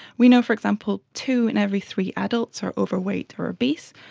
we know, for example, two in every three adults are overweight or obese,